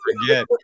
forget